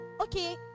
okay